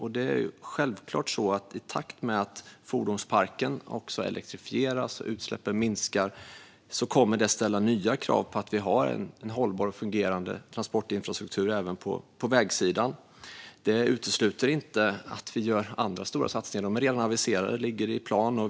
I takt med att fordonsparken elektrifieras och utsläppen minskar kommer nya krav på att vi ska ha en hållbar och fungerande transportinfrastruktur även på vägsidan. Jag utesluter dock inte andra stora satsningar. Sådana är redan aviserade och ligger i plan.